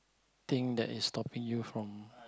thing that is stopping you from